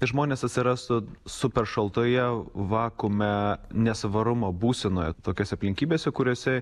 žmonės atsirastų super šaltoje vakuume nesvarumo būsenoje tokiose aplinkybėse kuriose